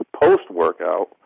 post-workout